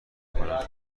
کنن